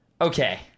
Okay